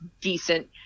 decent